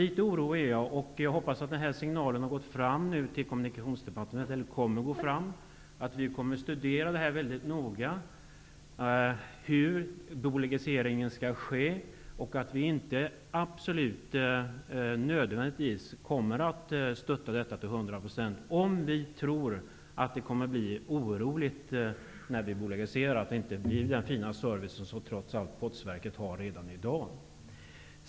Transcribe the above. Litet orolig är jag, och jag hoppas att signalen går fram till Kommunikationsdepartementet, att vi kommer att studera väldigt noga hur bolagiseringen skall ske och att vi inte nödvändigtvis kommer att stötta den till hundra procent, om vi kommer att vara oroliga för att det inte blir samma fina service som Postverket ger redan i dag.